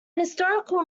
historical